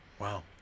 wow